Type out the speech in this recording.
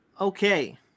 Okay